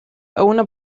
owner